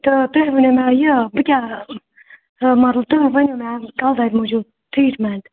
تہٕ تُہۍ ؤنِو مےٚ یہِ بہٕ کیاہ مطلب تُہۍ ؤنِو مےٚ کَل دادِ موجوٗب ٹرٛیٖٹمنٛٹ